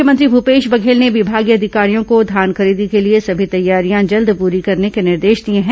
मुख्यमंत्री भूपेश बघेल ने विभागीय अधिकारियों को धान खरीदी के लिए सभी तैयारियां जल्द पूरी करने को निर्देश दिए हैं